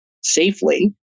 safely